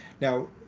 Now